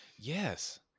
Yes